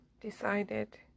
decided